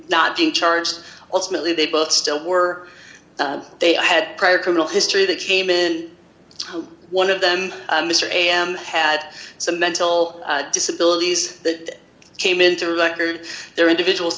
not being charged ultimately they both still were they had prior criminal history that came in one of them mr am had some mental disabilities that came in to record their individuals